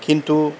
কিন্তু